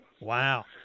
Wow